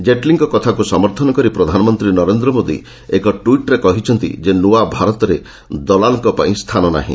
ଜେଟ୍ଲୀଙ୍କ କଥାକୁ ସମର୍ଥନ କରି ପ୍ରଧାନମନ୍ତ୍ରୀ ନରେନ୍ଦ୍ର ମୋଦି ଏକ ଟ୍ୱିଟ୍ରେ କହିଛନ୍ତି ଯେ ନୂଆ ଭାରତରେ ଦଲାଲଙ୍କ ପାଇଁ ସ୍ଥାନ ନାହିଁ